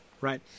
right